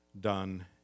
done